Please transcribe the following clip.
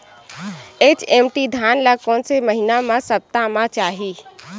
HMT धान ल कोन से महिना म सप्ता चाही?